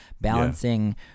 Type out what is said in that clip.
Balancing